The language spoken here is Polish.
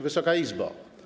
Wysoka Izbo!